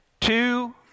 two